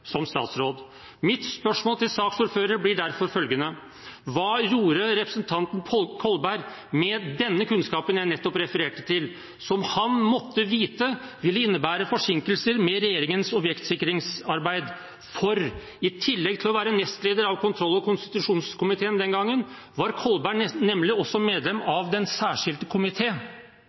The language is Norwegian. som statsråd. Mitt spørsmål til saksordføreren blir derfor følgende: Hva gjorde representanten Kolberg med denne kunnskapen jeg nettopp refererte til, som han måtte vite ville innebære forsinkelser med regjeringens objektsikringsarbeid, for i tillegg til å være nestleder av kontroll- og konstitusjonskomiteen den gangen var Kolberg nemlig også medlem av Stortingets særskilte